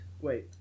wait